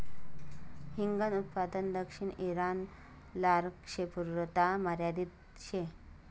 हिंगन उत्पादन दक्षिण ईरान, लारक्षेत्रपुरता मर्यादित शे